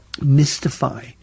mystify